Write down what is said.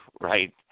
right